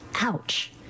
Ouch